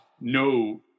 no